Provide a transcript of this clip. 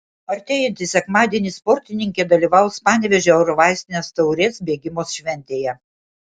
artėjantį sekmadienį sportininkė dalyvaus panevėžio eurovaistinės taurės bėgimo šventėje